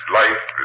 life